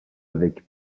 avec